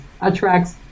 attracts